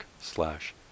slash